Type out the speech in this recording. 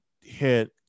hit